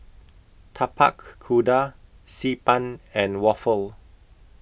Tapak Kuda Xi Ban and Waffle